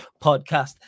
podcast